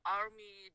army